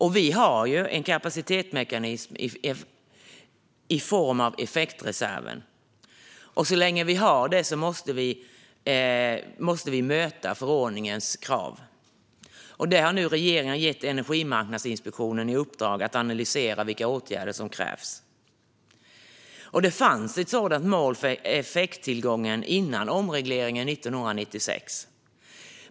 Sverige har en kapacitetsmekanism i form av effektreserven. Så länge vi har den måste vi möta förordningens krav. Regeringen har nu gett Energimarknadsinspektionen i uppdrag att analysera vilka åtgärder som krävs. Det fanns ett sådant mål för effekttillgången före omregleringen 1996.